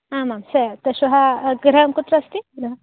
आमां सः ते श्वः गृहं कुत्र अस्ति गृहम्